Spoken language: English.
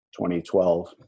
2012